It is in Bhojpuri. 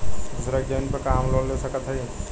दूसरे के जमीन पर का हम लोन ले सकत हई?